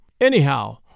Anyhow